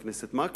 חבר הכנסת מקלב,